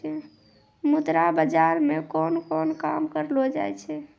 मुद्रा बाजार मे कोन कोन काम करलो जाय छै